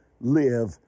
Live